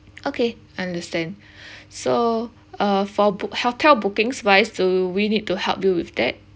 okay understand so uh for book hotel bookings wise do we need to help you with that